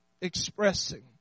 expressing